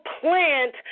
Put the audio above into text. plant